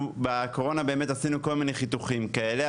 בקורונה באמת עשינו כל מיני חיתוכים כאלה,